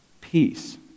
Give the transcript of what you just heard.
peace